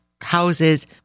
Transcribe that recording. houses